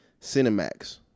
cinemax